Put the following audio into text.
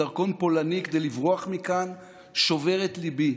בדרכון פולני כדי לברוח מכאן שובר את ליבי.